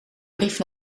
brief